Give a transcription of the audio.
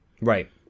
Right